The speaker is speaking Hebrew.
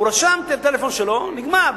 הוא רשם את הטלפון שלו, נגמר.